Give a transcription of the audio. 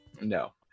no